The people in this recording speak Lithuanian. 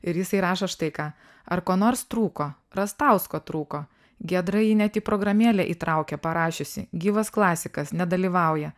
ir jisai rašo štai ką ar ko nors trūko rastausko trūko giedra jį net į programėlę įtraukė parašiusi gyvas klasikas nedalyvauja